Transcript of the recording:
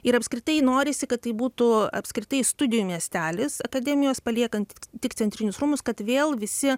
ir apskritai norisi kad tai būtų apskritai studijų miestelis akademijos paliekant tik centrinius rūmus kad vėl visi